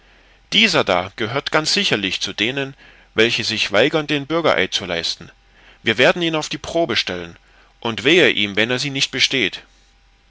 dieser da gehört ganz sicherlich zu denen welche sich weigern den bürgereid zu leisten wir werden ihn auf die probe stellen und wehe ihm wenn er sie nicht besteht